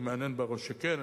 הוא מהנהן בראש שכן,